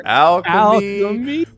alchemy